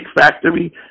factory